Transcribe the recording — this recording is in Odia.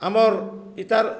ଆମର୍ ଇତାର୍